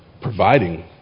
providing